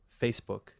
Facebook